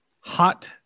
Hot